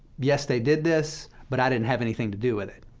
yes, they did this, but i didn't have anything to do with it,